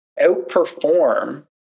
outperform